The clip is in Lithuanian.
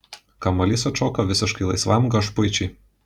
kamuolys atšoko visiškai laisvam gašpuičiui